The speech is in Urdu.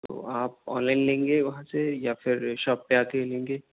آپ آنلائن لیں گے وہاں سے یا پھر شاپ پہ آ کے لیں گے